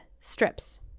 strips